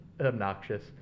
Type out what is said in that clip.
obnoxious